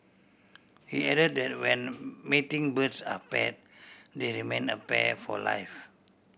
he added that when mating birds are pair they remain a pair for life